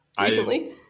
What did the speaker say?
recently